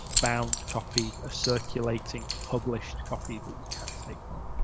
bound copy of circulating published copy that you can take home.